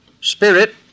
spirit